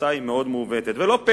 התוצאה מעוותת מאוד.